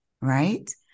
right